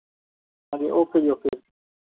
ਹਾਂਜੀ ਓਕੇ ਜੀ ਓਕੇ